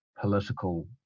political